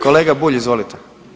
Kolega Bulj, izvolite.